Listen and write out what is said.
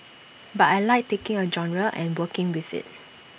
but I Like taking A genre and working with IT